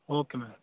okay ma'am